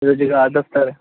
ਰੋਜਗਾਰ ਦਫ਼ਤਰ